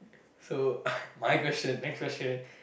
so my question next question